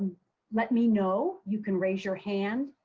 let me know. you can raise your hand.